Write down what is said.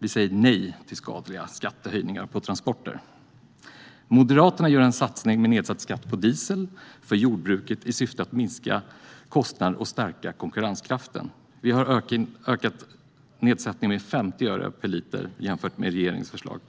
Vi säger nej till skadliga skattehöjningar på transporter. Moderaterna gör en satsning med nedsatt skatt på diesel för jordbruket i syfte att minska kostnader och stärka konkurrenskraften. Vi ökar nedsättningen med 50 öre per liter jämfört med regeringens förslag.